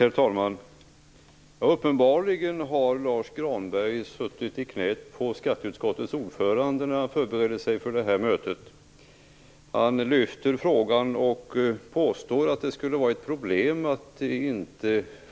Herr talman! Uppenbarligen har Lars Granberg suttit i knät på skatteutskottets ordförande när han förberedde sig för det här mötet. Han påstår att det skulle vara ett problem att